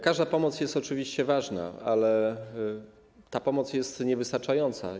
Każda pomoc jest oczywiście ważna, ale ta pomoc jest niewystarczająca.